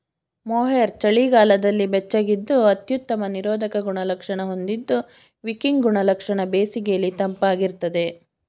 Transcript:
mohair ಚಳಿಗಾಲದಲ್ಲಿ ಬೆಚ್ಚಗಿದ್ದು ಅತ್ಯುತ್ತಮ ನಿರೋಧಕ ಗುಣಲಕ್ಷಣ ಹೊಂದಿದ್ದು ವಿಕಿಂಗ್ ಗುಣಲಕ್ಷಣ ಬೇಸಿಗೆಲಿ ತಂಪಾಗಿರ್ತದೆ